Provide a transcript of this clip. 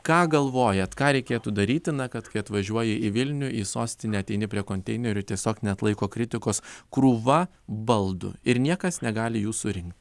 ką galvojat ką reikėtų daryti na kad kai atvažiuoji į vilnių į sostinę ateini prie konteinerių tiesiog neatlaiko kritikos krūva baldų ir niekas negali jų surinkti